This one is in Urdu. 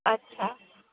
اچھا